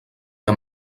que